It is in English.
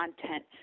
content